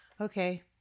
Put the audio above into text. Okay